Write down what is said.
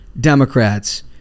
Democrats